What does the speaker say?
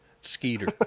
Skeeter